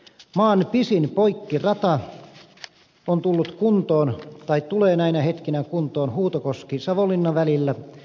maan pisin poikkirata tulee näinä hetkinä kuntoon huutokoskisavonlinna välillä